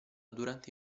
durante